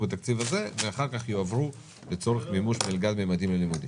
בתקציב הזה ואחר כך יועברו לצורך מימוש מלגה ממדים ללימודים.